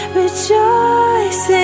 rejoice